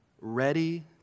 ready